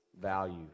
value